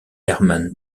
herman